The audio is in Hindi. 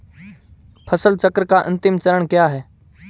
फसल चक्र का अंतिम चरण क्या है?